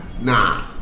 nah